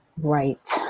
Right